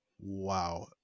Wow